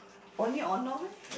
only meh